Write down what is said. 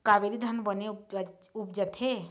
कावेरी धान बने उपजथे?